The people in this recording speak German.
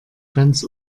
ganz